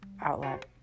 outlet